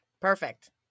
Perfect